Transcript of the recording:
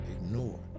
ignore